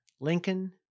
Lincoln